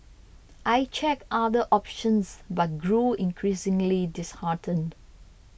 I checked other options but grew increasingly disheartened